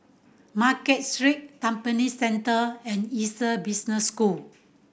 Market Street Tampine Central and Essec Business School